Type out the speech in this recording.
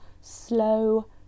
Slow